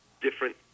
different